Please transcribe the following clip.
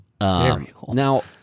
Now